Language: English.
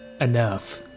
enough